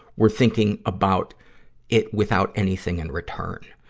we're thinking about it without anything in return.